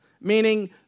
meaning